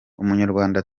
umunyarwanda